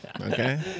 okay